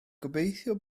gobeithio